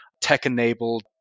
tech-enabled